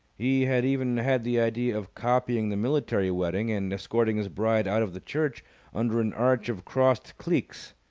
he had even had the idea of copying the military wedding and escorting his bride out of the church under an arch of crossed cleeks.